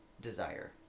desire